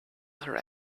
her